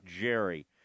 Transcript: Jerry